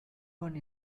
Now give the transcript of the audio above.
one